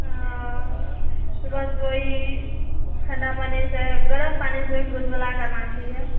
अऽ रोज सुबह ही ठण्डा पानी से गरम पानी से गुलगुला करना चाहिए